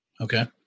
Okay